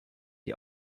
die